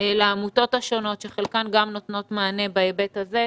לעמותות השונות שחלקן גם נותנות מענה בהיבט הזה.